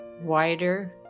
wider